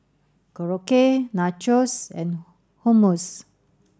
Korokke Nachos and Hummus